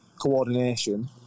coordination